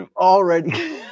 already